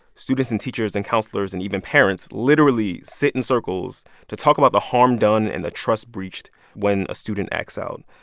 students and teachers and counselors and even parents literally sit in circles to talk about the harm done and the trust breached breached when a student acts out.